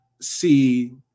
see